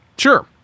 Sure